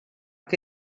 que